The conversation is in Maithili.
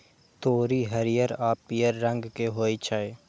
तोरी हरियर आ पीयर रंग के होइ छै